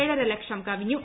എഴരലക്ഷം കവിഞ്ഞു